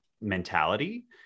mentality